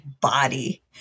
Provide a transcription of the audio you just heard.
body